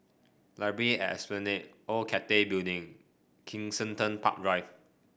Library at Esplanade Old Cathay Building Kensington Park Drive